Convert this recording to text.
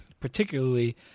particularly